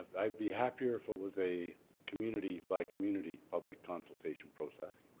i'd be happier if it was a community by community public consultation process.